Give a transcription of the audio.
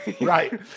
right